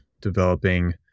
developing